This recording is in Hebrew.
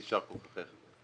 יישר כוחך.